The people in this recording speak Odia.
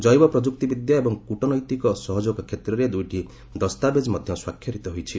ଜୈବ ପ୍ରଯୁକ୍ତିବିଦ୍ୟା ଏବଂ କୂଟନୈତିକ ସହଯୋଗ କ୍ଷେତ୍ରରେ ଦୁଇଟି ଦସ୍ତାବେଜ୍ ମଧ୍ୟ ସ୍ୱାକ୍ଷରିତ ହୋଇଛି